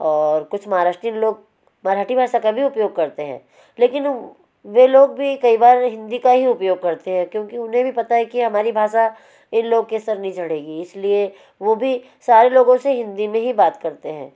और कुछ महाराष्ट्रियन लोग मराठी भाषा का भी उपयोग करते हैं लेकिन वे लोग भी कई बार हिंदी का ही उपयोग करते हैं क्योंकि उन्हें भी पता है कि हमारी भाषा इन लोग के सिर नहीं चढ़ेगी इसलिए वो भी सारे लोगों से हिंदी में ही बात करते हैं